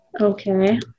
Okay